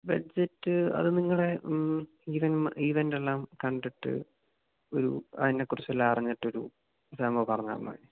budget അത് നിങ്ങളുടെ ഇവൻ്റെല്ലാം കണ്ടിട്ട് ഒരു അതിനെക്കുറിച്ചെല്ലാം അറിഞ്ഞിട്ടൊരു ഇതാകുമ്പോള് പറഞ്ഞാല് മതി